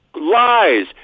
lies